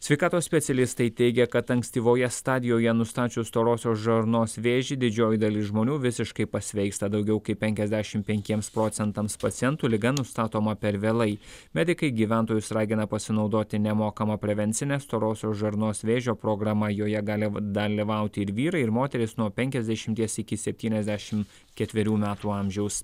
sveikatos specialistai teigia kad ankstyvoje stadijoje nustačius storosios žarnos vėžį didžioji dalis žmonių visiškai pasveiksta daugiau kaip penkiasdešim penkiems procentams pacientų liga nustatoma per vėlai medikai gyventojus ragina pasinaudoti nemokama prevencine storosios žarnos vėžio programa joje gali dalyvauti ir vyrai ir moterys nuo penkiasdešimties iki septyniasdešim ketverių metų amžiaus